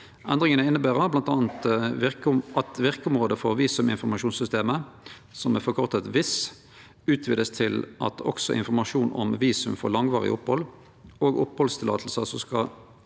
Endringane inneber bl.a. at verkeområdet for visuminformasjonssystemet, som er forkorta VIS, vert utvida til at også informasjon om visum for langvarig opphald og opphaldsløyve skal